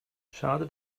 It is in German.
schade